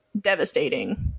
devastating